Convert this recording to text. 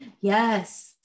Yes